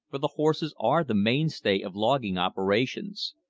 for the horses are the mainstay of logging operations.